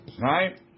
Right